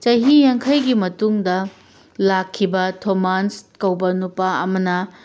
ꯆꯍꯤ ꯌꯥꯡꯈꯩꯒꯤ ꯃꯇꯨꯡꯗ ꯂꯥꯛꯈꯤꯕ ꯊꯣꯃꯥꯟꯁ ꯀꯧꯕ ꯅꯨꯄꯥ ꯑꯃꯅ